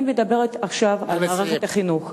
אני מדברת עכשיו על מערכת החינוך.